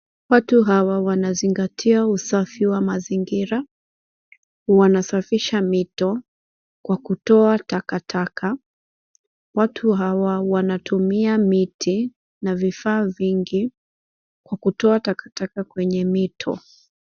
Watu hawa wanazingatia usafi wa mazingira. Wanasafisha mito kwa kutoa takataka. Watu hawa wanatumia miti na vifaa vingi kwa kutoa takataka kwenye mito.